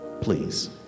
please